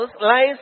lies